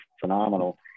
phenomenal